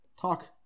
talk